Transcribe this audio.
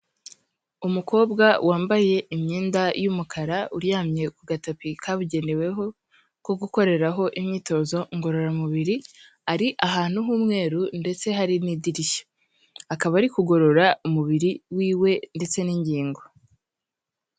Umukobwa wambaye imyenda y'umukara, uryamye ku gatapi kabugeneweho ko gukoreraho imyitozo ngororamubiri, ari ahantu h'umweru ndetse hari n'idirishya. Akaba ari kugorora umubiri wiwe ndetse n'ingingo.